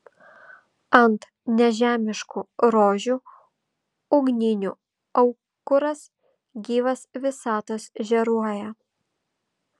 ant nežemiškų rožių ugninių aukuras gyvas visatos žėruoja